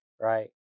right